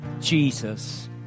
Jesus